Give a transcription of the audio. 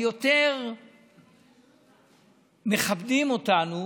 החוקים היותר-מכבדים אותנו,